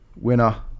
Winner